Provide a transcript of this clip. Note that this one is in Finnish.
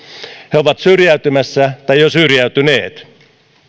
he ovat syrjäytymässä tai jo syrjäytyneet